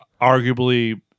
arguably